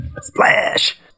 Splash